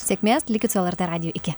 sėkmės likit su lrt radiju iki